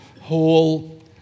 whole